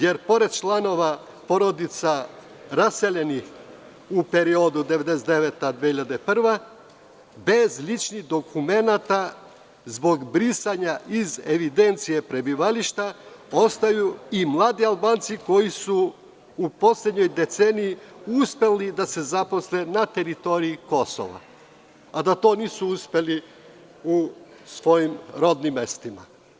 Jer, pored članova porodica raseljenih u periodu 1999.-2001. godina, bez ličnih dokumenata zbog brisanja iz evidencije prebivalište ostaju i mladi Albanci koji su u poslednjoj deceniji uspeli da se zaposle na teritoriji Kosova, a da to nisu uspeli u svojim rodnim mestima.